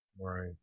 Right